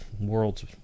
world's